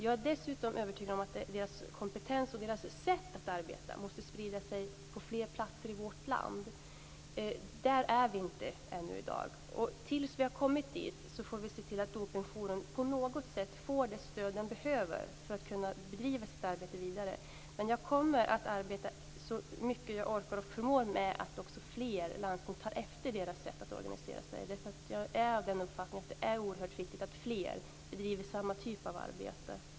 Jag är dessutom övertygad om att deras kompetens och deras sätt att arbeta måste spridas till fler platser i vårt land. Där är vi inte ännu i dag. Tills vi har kommit dithän får vi se till att Dopingjouren på något sätt får det stöd den behöver för att kunna bedriva sitt arbete vidare. Jag kommer att arbeta så mycket jag orkar och förmår för att få fler landsting att ta efter deras sätt att organisera sig, därför att jag är av den uppfattningen att det är oerhört viktigt att fler bedriver samma typ av arbete.